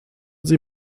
sie